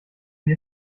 wie